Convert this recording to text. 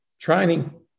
training